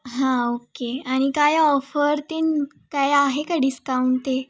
हां ओके आणि काय ऑफर तीन काय आहे का डिस्काउंट ते